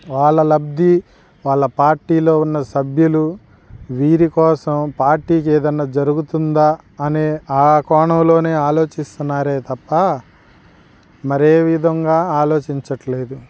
వాళ్ళ లబ్ధి వాళ్ళ పార్టీలో ఉన్న సభ్యులు వీరి కోసం పార్టీకి ఏదైనా జరుగుతుందా అనే ఆ కోణంలోనే ఆలోచిస్తున్నారే తప్ప మరేవిధంగా ఆలోచించట్లేదు